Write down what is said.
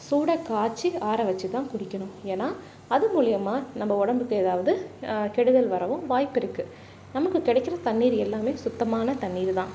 சூடாக காய்ச்சி ஆற வெச்சு தான் குடிக்கணும் ஏன்னா அது மூலயமா நம்ம உடம்புக்கு ஏதாவது கெடுதல் வரவும் வாய்ப்பிருக்குது நமக்கு கிடைக்கிற தண்ணீர் எல்லாமே சுத்தமான தண்ணீர் தான்